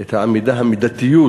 את המידתיות,